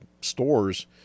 stores